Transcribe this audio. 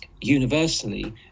universally